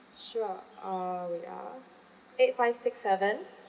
sure uh wait ah eight five six seven